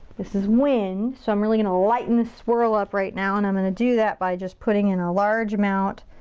this is wind, so i'm really gonna lighten this swirl up right now and i'm gonna do that by just putting in a large amount,